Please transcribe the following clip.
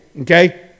okay